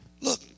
Look